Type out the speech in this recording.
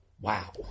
Wow